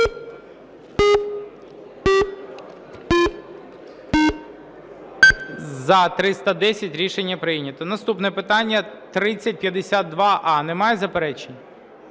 За-310 Рішення прийнято. Наступне питання – 3052а. Немає заперечень?